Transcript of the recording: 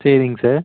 சரிங்க சார்